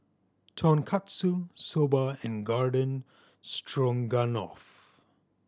Tonkatsu Soba and Garden Stroganoff